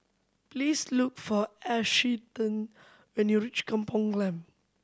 please look for Ashtyn when you reach Kampong Glam